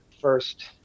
first